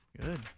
Good